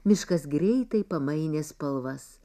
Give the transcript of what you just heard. miškas greitai pamainė spalvas